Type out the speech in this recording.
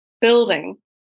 building